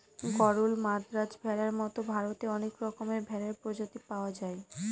গরল, মাদ্রাজ ভেড়ার মতো ভারতে অনেক রকমের ভেড়ার প্রজাতি পাওয়া যায়